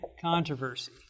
controversy